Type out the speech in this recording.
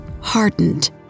hardened